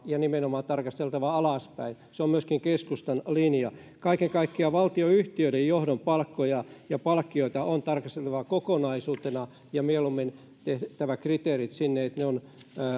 ja nimenomaan tarkistettava alaspäin se on myöskin keskustan linja kaiken kaikkiaan valtionyhtiöiden palkkoja ja palkkioita on tarkasteltava kokonaisuutena ja mieluummin tehtävä kriteerit sinne että ne ovat